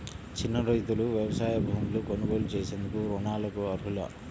చిన్న రైతులు వ్యవసాయ భూములు కొనుగోలు చేసేందుకు రుణాలకు అర్హులా?